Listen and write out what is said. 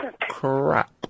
crap